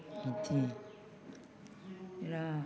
इदि बिराद